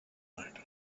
night